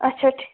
اچھا ٹھیٖک